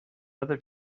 other